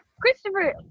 Christopher